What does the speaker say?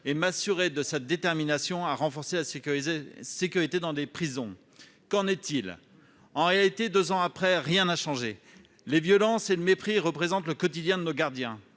et m'assurait de sa détermination à renforcer la sécurité dans les prisons. Qu'en est-il ? En réalité, deux ans après, rien n'a changé. Les violences et le mépris constituent le quotidien de nos gardiens.